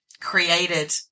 created